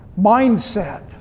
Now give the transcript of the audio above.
mindset